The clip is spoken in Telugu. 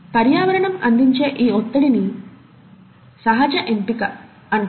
పర్యావరణం అందించే ఈ ఒత్తిడిని 'సహజ ఎంపిక ' అంటారు